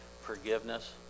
forgiveness